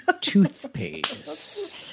toothpaste